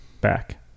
Back